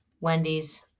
Wendy's